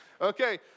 Okay